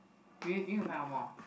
wait need to find one more